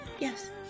yes